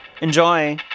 Enjoy